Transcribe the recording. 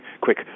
quick